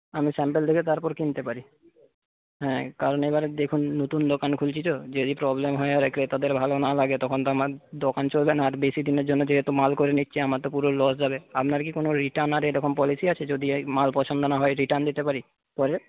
আমি স্যাম্পেল দেখে তারপর কিনতে পারি হ্যাঁ কারণ এবারে দেখুন নতুন দোকান খুলছি তো যদি প্রবলেম হয় আর ক্রেতাদের ভালো না লাগে তখন তো আমার দোকান চলবে না আর বেশী দিনের জন্য যেহেতু মাল করে নিচ্ছি আমার তো পুরো লস যাবে আপনার কি কোন রিটার্নের এইরকম পলিসি আছে যদি মাল পছন্দ না হয় রিটার্ন দিতে পারি পরে